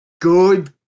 good